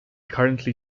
currently